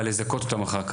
אבל לזכות אותם אחר כך,